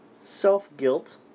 self-guilt